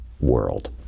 world